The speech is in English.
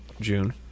June